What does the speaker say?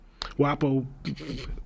WAPO